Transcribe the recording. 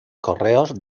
correos